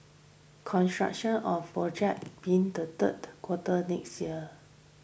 construction of project being the third quarter next year